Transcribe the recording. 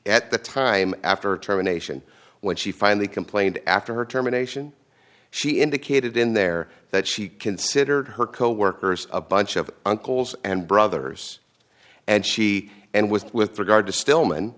at the time after terminations when she finally complained after her terminations she indicated in there that she considered her coworkers a bunch of uncles and brothers and she and was with